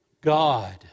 God